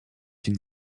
une